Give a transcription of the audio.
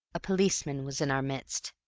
a policeman was in our midst.